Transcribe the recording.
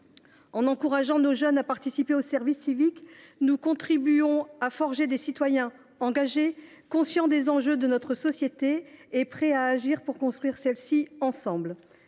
En encourageant nos jeunes à participer au service civique, nous contribuons à forger des citoyens engagés, conscients des enjeux de notre société et prêts à agir pour la construire ensemble.